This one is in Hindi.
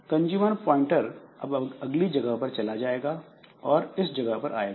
कंजूमर प्वाइंटर अब अगली जगह पर चला जाएगा और इस जगह पर आएगा